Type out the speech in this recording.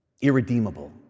irredeemable